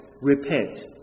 repent